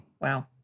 Wow